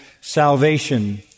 salvation